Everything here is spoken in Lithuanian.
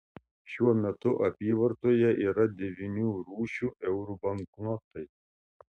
šiuo metu apyvartoje yra devynių rūšių eurų banknotai